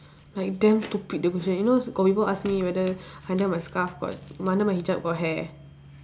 like damn stupid the question you know got people ask me whether under my scarf got under my hijab got hair